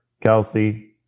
Kelsey